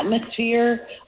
atmosphere